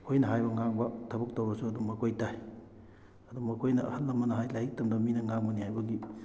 ꯑꯩꯈꯣꯏꯅ ꯍꯥꯏꯕ ꯉꯥꯡꯕ ꯊꯕꯛ ꯇꯧꯔꯁꯨ ꯑꯗꯨꯝ ꯃꯈꯣꯏ ꯇꯥꯏ ꯑꯗꯨ ꯃꯈꯣꯏꯅ ꯑꯍꯜ ꯂꯃꯟꯅ ꯍꯥꯏ ꯂꯥꯏꯔꯤꯛ ꯇꯝꯗꯕ ꯃꯤꯅ ꯉꯥꯡꯕꯅꯤ ꯍꯥꯏꯕꯒꯤ